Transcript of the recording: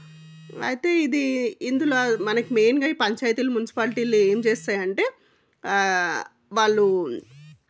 అయితే ఇది ఇందులో మనకి మెయిన్గా ఈ పంచాయితీలు మున్సిపాలిటీలు ఏం చేస్తాయి అంటే వాళ్ళు